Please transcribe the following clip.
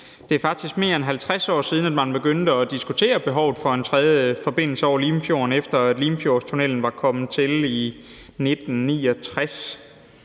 Det er faktisk mere end 50 år siden, at man begyndte at diskutere behovet for en tredje forbindelse over Limfjorden, efter at Limfjordstunnellen var kommet til i 1969.